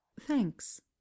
Thanks